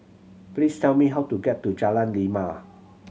please tell me how to get to Jalan Lima